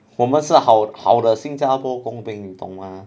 我们是好好的新加坡工兵你懂吗